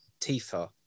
Tifa